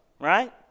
right